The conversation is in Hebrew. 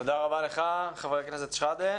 תודה רבה לך, חבר הכנסת שחאדה.